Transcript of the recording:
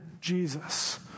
Jesus